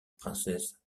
princesse